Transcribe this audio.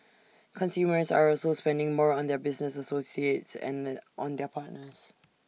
consumers are also spending more on their business associates and on their partners